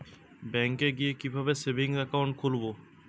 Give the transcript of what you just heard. ব্যাঙ্কে গিয়ে কিভাবে সেভিংস একাউন্ট খুলব?